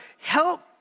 help